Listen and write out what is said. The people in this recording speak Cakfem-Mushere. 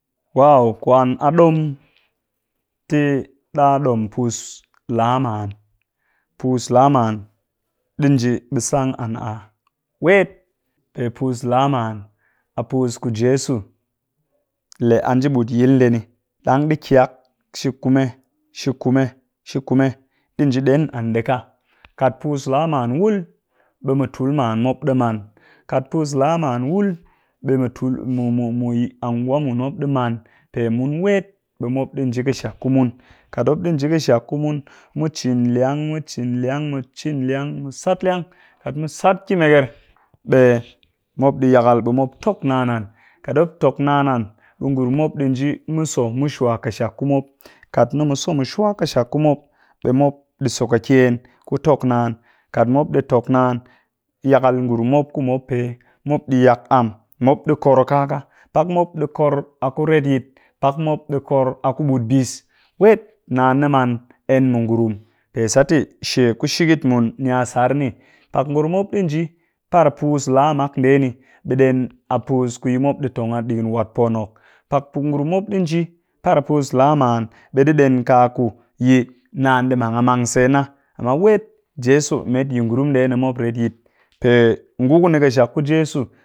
Waw! Kwan a ɗom ti ɗa ɗom puus laa man, puus laa man ɗi nji ɓe sang an a wet pe puus laa man a puus ku jeso lee a nji ɗi ɗigin yil ndee ni ɗang di kyak shi kume, shi ku shikume ɗi nji ɗen an ɗika, kat puus laa man wul ɓe mɨ tul man mop ɗi maan, kat puus laa man wul be mu tul mu mu yi angwa man mop ɗii maan, pe mun wet ɓe mop ɗii nji ƙɨshak ku mun, kat mop ɗi nji ƙɨshak ku mun, mu cin lyang mu cin lyang mu cin lyang mu sat lyang kat mu sat ki meger ɓe mop ɗi yakal ɓe mop tok naan an kat mop tok naan an ɓe ngurum mop ɗi nji mu so mu shwa ƙɨshak ku mop, kat ni mu so mu shwa ƙɨshak ku mop, ɓe mop ɗi so kakyen ku tok naan, kat mop ɗi tok naan ɓe yakal ngurum mop ku mop pe, mop ɗi yak am mop ɗi kor kaa ka. Pak mop di kor a ku retyit, pak mop ɗii kor a ku ɓut bis wet naan ni maan en mu ngurum pe sat te she ku shigit mun a yi sar ni. pak ku ngurum mop ɗi nji yi puus laa mak ndee ni ɓe ɗen a puus ku mop pe tong a digin wat po nok, kat ku ngurum mop ɗi nji par puus laa man ɓe ɗi ɗen kaku yi naan ɗii mang a mang sen na amma wet jeso met ngurum ndee ni mop retyit pe ngu ku ni ƙɨshak ku jeso